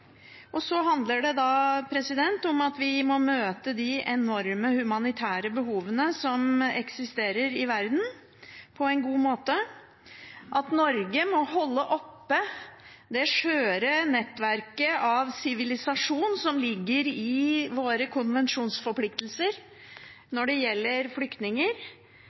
gjøre. Så handler det litt om at vi må møte de enorme humanitære behovene som eksisterer i verden, på en god måte, at Norge må holde oppe det skjøre nettverket av sivilisasjon som ligger i våre konvensjonsforpliktelser når det gjelder flyktninger,